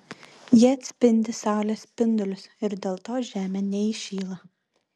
jie atspindi saulės spindulius ir dėl to žemė neįšyla